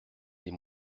des